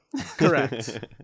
correct